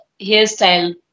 hairstyle